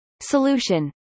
Solution